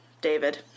David